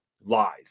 lies